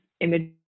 image